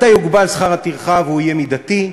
מעתה יוגבל שכר הטרחה והוא יהיה מידתי.